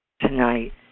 tonight